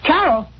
Carol